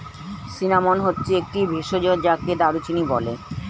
cinnamon হচ্ছে একটি ভেষজ যাকে দারুচিনি বলে